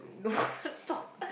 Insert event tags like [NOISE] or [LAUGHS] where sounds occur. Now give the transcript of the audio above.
not talk [LAUGHS]